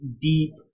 deep